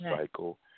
cycle